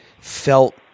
felt